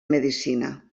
medicina